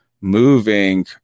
moving